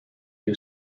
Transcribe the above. you